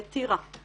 לטירה.